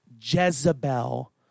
Jezebel